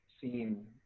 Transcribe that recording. seen